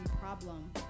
problem